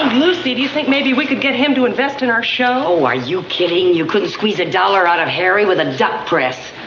lucy. do you think maybe we could get him to invest in our show? oh, are you kidding? you could squeeze a dollar out of harry with a dress